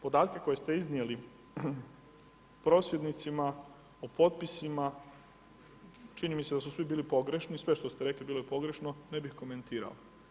Podatke koje ste iznijeli prosvjednicima, o potpisima, čini mi se da su svi bili pogrešni, sve što ste rekli bilo je pogrešno, ne bih komentirao.